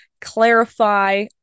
clarify